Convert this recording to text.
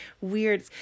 weird